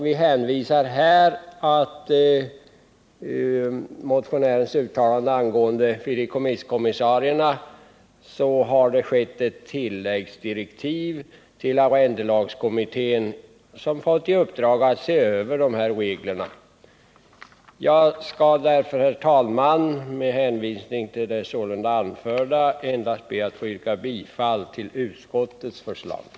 Vi hänvisar till motionärernas uttalande att det beträffande fideikommissarrendatorerna har kommit ett tilläggsdirektiv till arrendelagskommittén, som fått i uppdrag att se över reglerna. Herr talman! Med hänvisning till det sålunda anförda ber jag att få yrka bifall till utskottets hemställan.